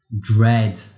dread